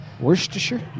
Worcestershire